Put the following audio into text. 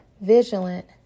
Vigilant